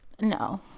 No